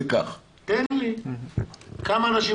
כאלה